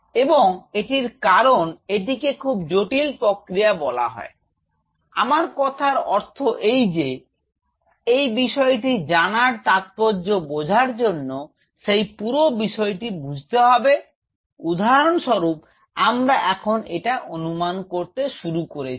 এবং একটি কারণ এটিকে খুব জটিল প্রক্রিয়া বলা হয় আমার কথার অর্থ এই যে এই বিশতি জানার তাৎপর্য বোঝার জন্য সেই পুরো বিষয়টি বুঝতে হবে উদাহরণস্বরুপ আমরা এখন এটা অনুমান করতে শুরু করেছি